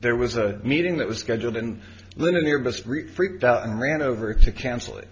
there was a meeting that was scheduled and then an airbus route freaked out and ran over to cancel it